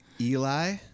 Eli